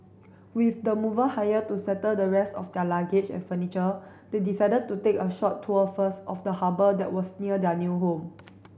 with the mover hired to settle the rest of their luggage and furniture they decided to take a short tour first of the harbour that was near their new home